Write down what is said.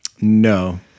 No